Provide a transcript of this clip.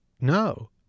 No